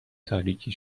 تاریکی